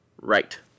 Right